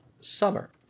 summer